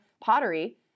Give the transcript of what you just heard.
pottery